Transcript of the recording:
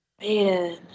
Man